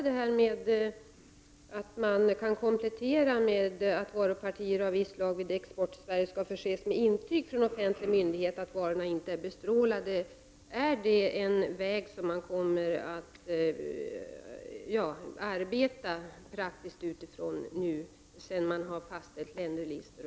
Detta att varupartier av visst slag vid export till Sverige kan förses med intyg från offentlig myndighet om att varorna inte är bestrålade, är det en väg som man kommer att arbeta praktiskt utifrån sedan man har fastställt länderlistorna?